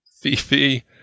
Fifi